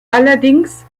allerdings